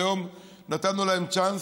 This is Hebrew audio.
היום נתנו להם צ'אנס.